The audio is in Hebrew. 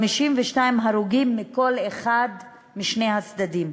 52 הרוגים בכל אחד משני הצדדים.